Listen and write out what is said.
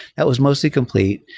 that was mostly complete.